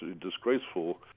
disgraceful